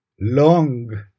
long